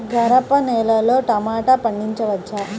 గరపనేలలో టమాటా పండించవచ్చా?